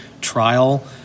trial